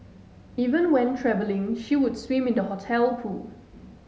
even when travelling she would swim in the hotel pool